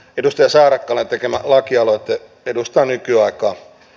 edustaja saarakkalan tekemä lakialoite edustaa nykyaikaa